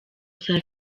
saa